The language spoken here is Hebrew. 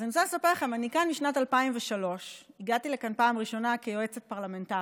אז אני רוצה לספר לכם שאני כאן משנת 2003. הגעתי לכאן פעם ראשונה כיועצת פרלמנטרית,